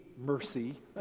mercy